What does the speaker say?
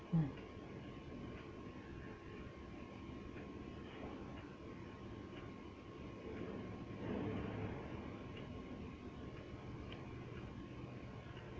mm